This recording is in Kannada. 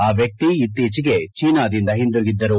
ಆ ವ್ಯಕ್ತಿ ಇತೀಚೆಗೆ ಚೀನಾದಿಂದ ಹಿಂದಿರುಗಿದ್ದರು